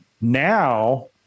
now